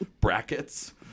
Brackets